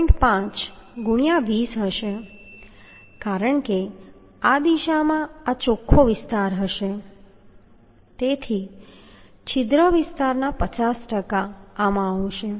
5 ગુણ્યાં 20 હશે કારણ કે આ દિશામાં આ ચોખ્ખો વિસ્તાર હશે તેથી છિદ્ર વિસ્તારના 50 ટકા આમાં આવશે